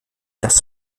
das